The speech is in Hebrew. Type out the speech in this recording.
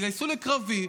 התגייסו לקרבי,